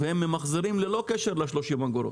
והם ממחזרים ללא קשר ל-30 אגורות.